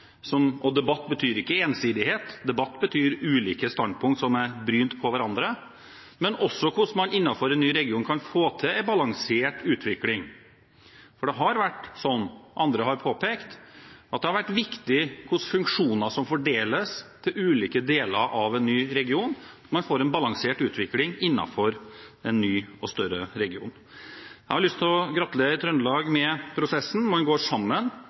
– og debatt betyr ikke ensidighet, debatt betyr ulike standpunkter som er brynt mot hverandre – men også hvordan man innenfor en ny region kan få til en balansert utvikling. For det har vært slik, som andre har påpekt, at det har vært viktig hvilke funksjoner som fordeles til ulike deler av en ny region. Man får en balansert utvikling innenfor en ny og større region. Jeg har lyst til å gratulere Trøndelag med prosessen. Man går sammen